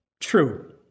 true